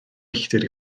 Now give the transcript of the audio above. milltir